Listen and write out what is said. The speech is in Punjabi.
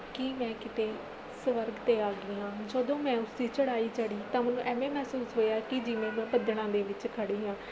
ਕਿ ਮੈਂ ਕਿਤੇ ਸਵਰਗ 'ਤੇ ਆ ਗਈ ਹਾਂ ਜਦੋਂ ਮੈਂ ਉਸਦੀ ਚੜ੍ਹਾਈ ਚੜ੍ਹੀ ਤਾਂ ਮੈਨੂੰ ਐਵੇਂ ਮਹਿਸੂਸ ਹੋਇਆ ਕਿ ਜਿਵੇਂ ਮੈਂ ਬੱਦਲਾਂ ਦੇ ਵਿੱਚ ਖੜ੍ਹੀ ਹਾਂ